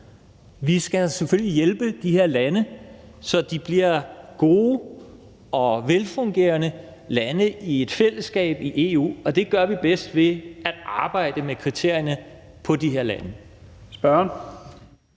Vi skal selvfølgelig hjælpe de her lande, så de bliver gode og velfungerende lande i et fællesskab i EU, og det gør vi bedst ved at arbejde med kriterierne i forhold